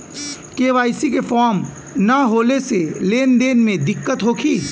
KYC के form न होले से लेन देन में दिक्कत होखी?